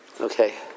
Okay